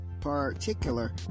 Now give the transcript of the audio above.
particular